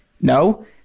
no